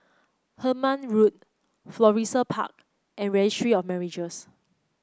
Hemmant Road Florissa Park and Registry of Marriages